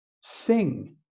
Sing